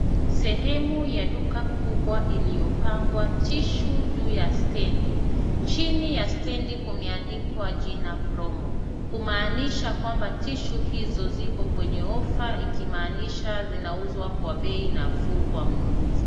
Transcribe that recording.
Sehemu ya duka kubwa iliyopangwa tissue juu ya stendi. Chini ya stendi kumeandikwa jina Promo kumaanisha kwamba tissue hizo ziko kwenye ofa ikimaanisha zinauzwa kwa bei nafuu kwa mnunuzi.